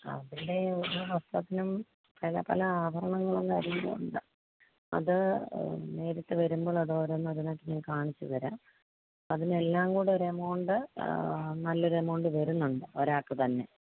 അതിൻ്റെ വസ്ത്രത്തിനും പല പല ആഭരണങ്ങളും കാര്യങ്ങളും ഉണ്ട് അത് നേരിട്ട് വരുമ്പോളത് ഓരോന്നോരാന്നായിട്ട് ഞാൻ കാണിച്ച് തരാം അതിനെല്ലാം കൂടെ ഒരു എമൗണ്ട് നല്ല ഒരു എമൗണ്ട് വരുന്നുണ്ട് ഒരാൾക്ക് തന്നെ